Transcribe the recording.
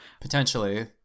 Potentially